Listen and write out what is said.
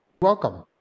Welcome